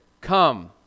Come